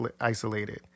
isolated